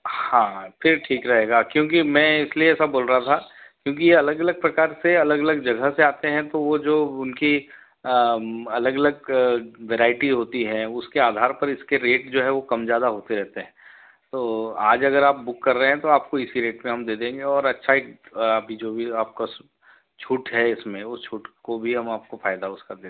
हाँ हाँ फिर ठीक रहेगा क्योंकि मैं इसलिये ऐसा बोल रहा था क्योंकि ये अलग अलग प्रकार से ये अलग अलग जगह से आते हैं तो वो जो उनकी अलग अलग वेरायटी होती है उसके आधार पर उसके रेट जो है कम ज़्यादा होते रहते हैं तो आज अगर आप बुक कर रहे हैं तो आपको इसी रेट में हम दे देंगे और अच्छा एक जो भी आपको छूट है इसमें उस छूट को भी हम आपको फायदा उसका दे देंगे